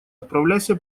отправляйся